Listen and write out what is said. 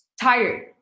Tired